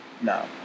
No